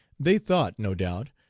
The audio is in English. they thought, no doubt,